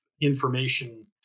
information